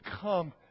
come